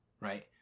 right